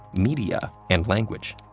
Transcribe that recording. media, and language.